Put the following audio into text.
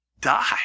die